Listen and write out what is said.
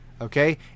Okay